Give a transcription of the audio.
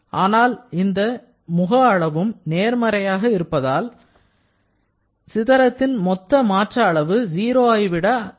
ஆனால் இந்த முக அளவும் நேர்மறையாக இருப்பதால் சிதறத்தின் மொத்த மாற்ற அளவு 0 ஐ விட அதிகமாக இருக்கிறது